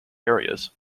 areas